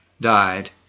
died